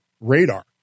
radar